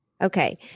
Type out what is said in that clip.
Okay